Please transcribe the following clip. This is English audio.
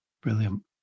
Brilliant